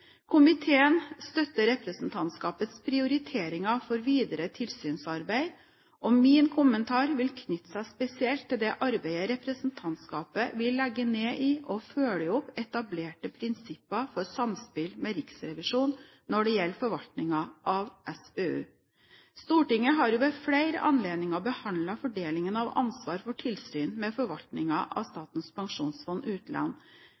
Komiteen støtter representantskapets prioriteringer for videre tilsynsarbeid, og min kommentar vil knytte seg spesielt til det arbeidet representantskapet vil legge ned i å følge opp etablerte prinsipper for samspill med Riksrevisjonen når det gjelder forvaltningen av SPU. Stortinget har ved flere anledninger behandlet fordelingen av ansvar for tilsyn med forvaltningen av Statens pensjonsfond utland,